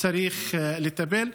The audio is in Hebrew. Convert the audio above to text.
צריך לטפל.